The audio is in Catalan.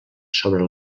sobre